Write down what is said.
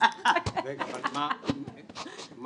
לא